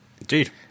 indeed